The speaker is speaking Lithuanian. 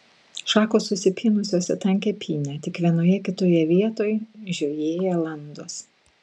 šakos susipynusios į tankią pynę tik vienoje kitoje vietoj žiojėja landos